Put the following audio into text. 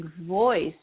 voice